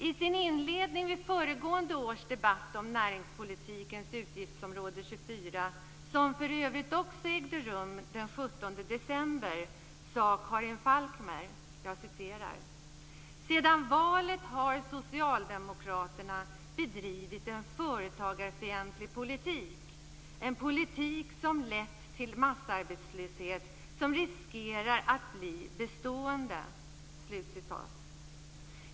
I sin inledning vid föregående års debatt om näringspolitikens utgiftsområde 24, som för övrigt också ägde rum den 17 december, sade Karin "Sedan valet har Socialdemokraterna bedrivit en företagarfientlig politik, en politik som lett till massarbetslöshet som riskerar att bli bestående".